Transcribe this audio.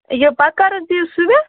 یہِ پَتہٕ کَر حظ دِیوٗ سُوِتھ